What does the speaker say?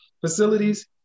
facilities